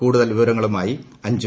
കൂടുതൽ വിവരങ്ങളുമായി അഞ്ചു